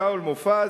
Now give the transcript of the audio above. שאול מופז,